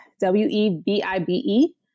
W-E-B-I-B-E